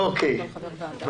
אוקיי, נעה.